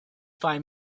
find